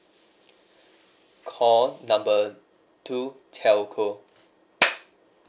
call number two telco